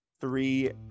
three